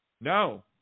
No